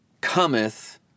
cometh